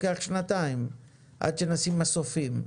מסופים,